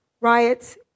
Riots